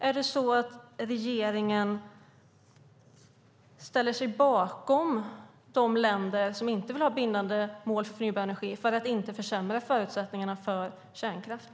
Är det så att regeringen ställer bakom de länder som inte vill ha bindande mål för förnybar energi för att inte försämra förutsättningarna för kärnkraft?